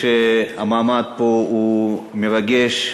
אני חושב שהמעמד פה הוא מרגש.